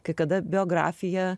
kai kada biografija